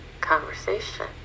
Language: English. conversation